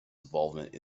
involvement